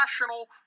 national